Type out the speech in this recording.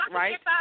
right